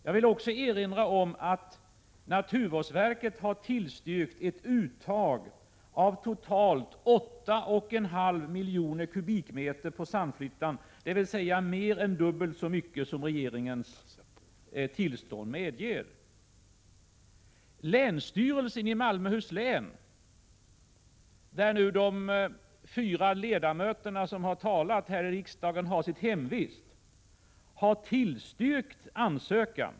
Jag vill också erinra om att naturvårdsverket har tillstyrkt ett uttag av totalt 8,5 miljoner kubikmeter sand på Sandflyttan, dvs. mer än dubbelt så mycket som medges i regeringens tillstånd. Länsstyrelsen i Malmöhus län, där de fyra ledamöter som har talat här i kammaren i dag har sitt hemvist, har tillstyrkt ansökan.